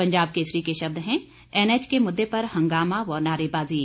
पंजाब केसरी के शब्द हैं एनएच के मुद्दे पर हंगामा व नारेबाजी